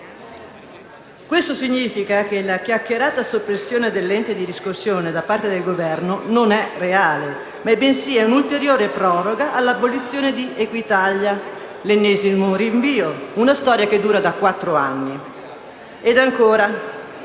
Questo significa che la chiacchierata soppressione dell'ente di riscossione da parte del Governo non è reale, ma è un'ulteriore proroga dell'abolizione di Equitalia: l'ennesimo rinvio, una storia che dura da quattro anni.